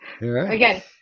Again